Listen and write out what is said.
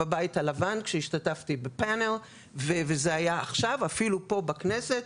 בבית הלבן כשהשתתפתי בפנל וזה היה עכשיו אפילו פה בכנסת,